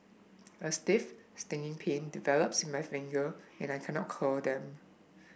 a stiff stinging pain develops in my finger and I cannot curl them